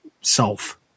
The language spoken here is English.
self